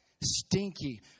stinky